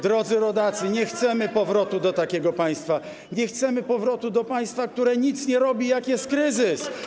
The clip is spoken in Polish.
Drodzy rodacy, nie chcemy powrotu takiego państwa, nie chcemy powrotu państwa, które nic nie robi, jak jest kryzys.